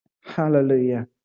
Hallelujah